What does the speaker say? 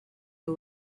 the